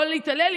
או להתעלל,